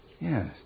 Yes